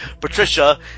Patricia